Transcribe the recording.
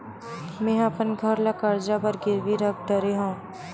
मेहा अपन घर ला कर्जा बर गिरवी रख डरे हव